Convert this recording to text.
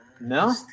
No